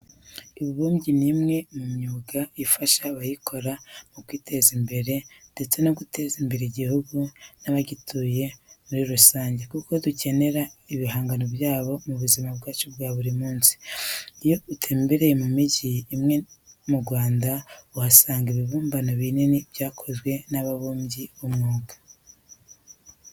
Ububumbyi ni umwe mu myuga ifasha abayikora kwiteza imbere ndetse no guteza imbere igihugu n'abagituye muri rusange kuko dukenera ibihangano byabo mu buzima bwacu bwa buri munsi. Iyo utembereye mu migi imwe mu Rwanda, uhasanga ibibumbano binini byakozwe n'ababumbyi b'umwuga.